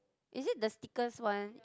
is it the stickers one